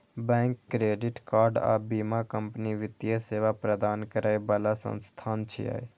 bank, credit card आ बीमा company वित्तीय सेवा प्रदान करै बला संस्थान छियै